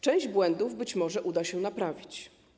Część błędów być może uda się naprawić.